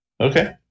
Okay